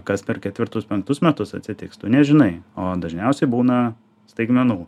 kas per ketvirtus penktus metus atsitiks tu nežinai o dažniausiai būna staigmenų